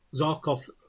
Zarkov